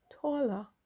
taller